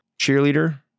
Cheerleader